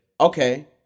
Okay